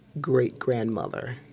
great-grandmother